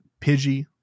Pidgey